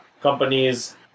Companies